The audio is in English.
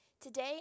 Today